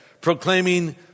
proclaiming